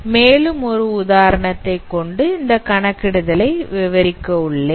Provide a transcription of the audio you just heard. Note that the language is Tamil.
மேலும் ஒரு உதாரணத்தைக் கொண்டு இந்த கணக்கிடுதல் ஐ விவரிக்க உள்ளேன்